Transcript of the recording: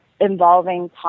involving